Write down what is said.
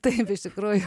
taip iš tikrųjų